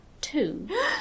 two